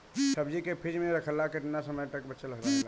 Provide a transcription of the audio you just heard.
सब्जी के फिज में रखला पर केतना समय तक बचल रहेला?